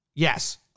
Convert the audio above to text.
yes